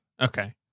Okay